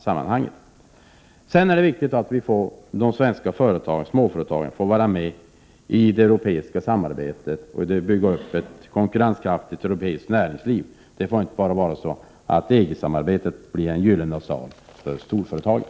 Sedan är det viktigt att de svenska småföretagen får vara med i det europeiska samarbetet för att bygga upp ett konkurrenskraftigt europeiskt näringsliv. Det får inte vara så att EG-samarbetet blir en gyllene sal för storföretagen.